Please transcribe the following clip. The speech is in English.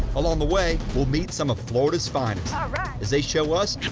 along the way, we'll meet some of florida's finest as they show us